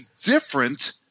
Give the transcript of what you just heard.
different